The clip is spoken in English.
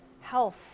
Health